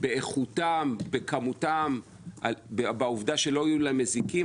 באיכותם ובכמותם; בעובדה שלא יהיו להם מזיקים.